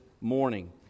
morning